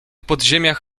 podziemiach